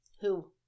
Who-